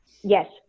Yes